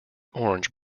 orange